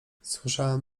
słyszałem